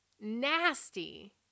Nasty